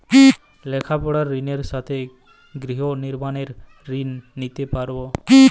লেখাপড়ার ঋণের সাথে গৃহ নির্মাণের ঋণ নিতে পারব?